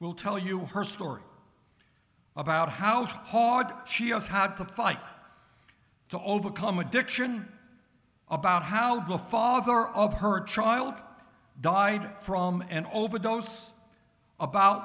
will tell you her story about how to hard she has had to fight to overcome addiction about how the father of her child died from an overdose about